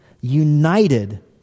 united